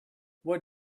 what